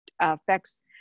affects